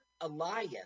Elias